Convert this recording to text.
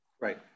Right